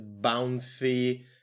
bouncy